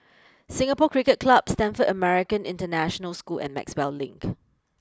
Singapore Cricket Club Stamford American International School and Maxwell Link